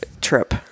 trip